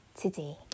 today